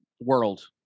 world